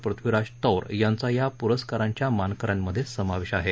पृथ्वीराज तौर यांचा या प्रस्कारांच्या मानकऱ्यांमध्ये समावेश आहे